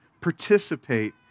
participate